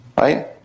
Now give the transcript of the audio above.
Right